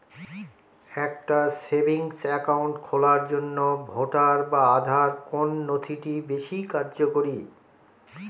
একটা savings account খোলার জন্য ভোটার বা আধার কোন নথিটি বেশী কার্যকরী?